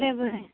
बरें बरें